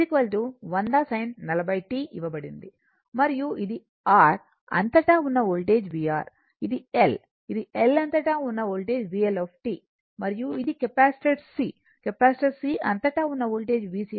ఇవ్వబడింది మరియు ఇది R అంతటా ఉన్న వోల్టేజ్ vR ఇది L ఇది L అంతటా ఉన్న వోల్టేజ్ VLమరియు ఇది కెపాసిటర్ C కెపాసిటర్ C అంతటా ఉన్న వోల్టేజ్ VC